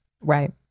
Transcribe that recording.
right